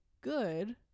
good